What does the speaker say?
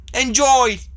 Enjoy